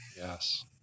Yes